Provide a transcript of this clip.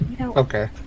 Okay